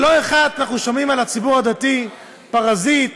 לא אחת אנחנו שומעים על הציבור הדתי: פרזיט,